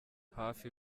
hafi